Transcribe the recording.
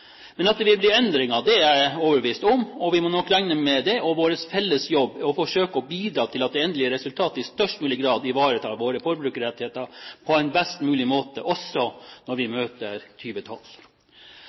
Men at det vil bli endringer, er jeg overbevist om – vi må nok regne med det. Vår felles jobb er å forsøke å bidra til at det endelige resultatet i størst mulig grad ivaretar våre forbrukerrettigheter på en best mulig måte også når vi